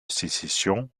sécession